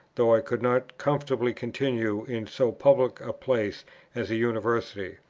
though i could not comfortably continue in so public a place as a university.